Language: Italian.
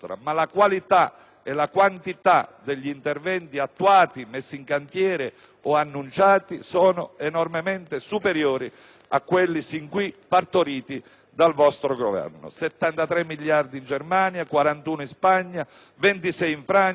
e la quantità degli interventi attuati, messi in cantiere o annunciati sono enormemente superiori a quelli sin qui partoriti dal vostro Governo: 73 miliardi in Germania, 41 miliardi in Spagna, 26